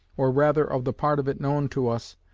or rather of the part of it known to us,